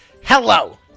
Hello